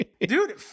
Dude